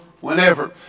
whenever